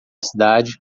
cidade